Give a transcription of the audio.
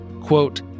Quote